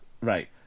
Right